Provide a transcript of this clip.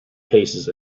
paces